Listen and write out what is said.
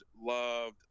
loved